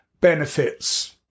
benefits